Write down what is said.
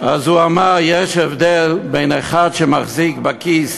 אז הוא אמר: יש הבדל בין אחד שמחזיק בכיס